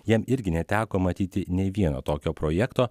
jam irgi neteko matyti nei vieno tokio projekto